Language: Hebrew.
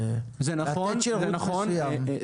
לתת שירות מסוים.